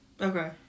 okay